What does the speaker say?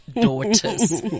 Daughters